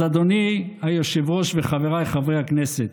אז אדוני היושב-ראש וחבריי חברי הכנסת,